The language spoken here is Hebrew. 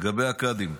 לגבי הקאדים,